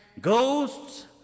ghosts